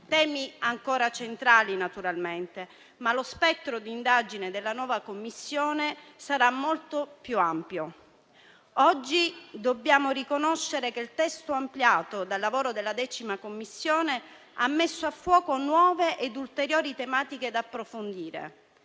temi ancora centrali, naturalmente, ma lo spettro di indagine della nuova Commissione sarà molto più ampio. Oggi dobbiamo riconoscere che il testo ampliato dal lavoro della 10a Commissione ha messo a fuoco nuove e ulteriori tematiche da approfondire,